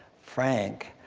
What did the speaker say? frank